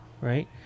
right